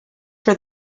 for